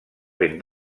ben